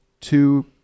two